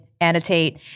annotate